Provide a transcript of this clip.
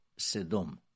sedom